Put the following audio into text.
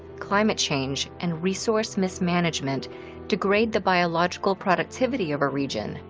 climate change, and resource mismanagement degrade the biological productivity of a region,